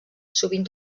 sovint